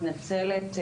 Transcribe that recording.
אני מתנצלת,